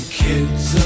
kids